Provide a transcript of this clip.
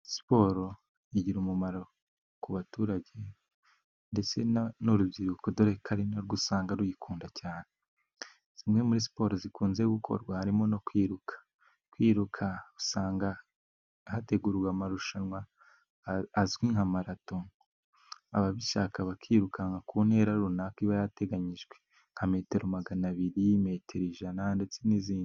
Siporo igira umumaro ku baturage ndetse n'urubyiruko doreko ari na rwo usanga ruyikunda cyane, zimwe muri siporo zikunze gukorwa harimo no kwiruka. Kwiruka usanga hateguwe amarushanwa azwi nka marato, ababishaka bakirukanka ku ntera runaka iba yateganyijwe nka metero maganabiri , metero ijana, ndetse n'izindi.